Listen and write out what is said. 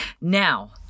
Now